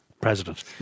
president